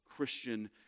Christian